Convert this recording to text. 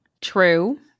True